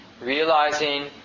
realizing